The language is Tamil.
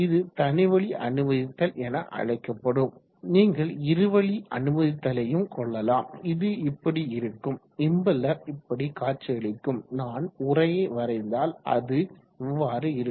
இது தனி வழி அனுமதித்தல் என அழைக்கப்படும் நீங்கள் இருவழி அனுமதித்தலையும் கொள்ளலாம் இது இப்படி இருக்கும் இம்பெல்லர் இப்படி காட்சியளிக்கும் நான் உறையை வரைந்தால் அது இவ்வாறு இருக்கும்